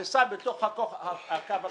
הריסה בתוך הקו הכחול,